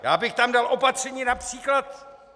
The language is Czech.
Já bych tam dal opatření například...